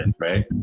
right